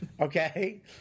okay